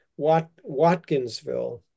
watkinsville